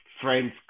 friend's